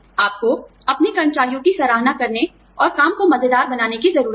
आपको अपने कर्मचारियों की सराहना करने और काम को मज़ेदार बनाने की ज़रूरत है